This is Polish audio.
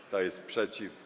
Kto jest przeciw?